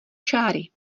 čáry